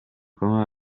come